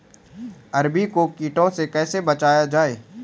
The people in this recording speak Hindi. अरबी को कीटों से कैसे बचाया जाए?